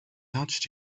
touched